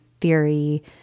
theory